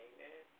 Amen